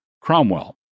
Cromwell